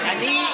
אני,